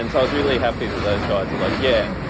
and i was really happy that those guys are like, yeah.